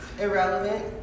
Irrelevant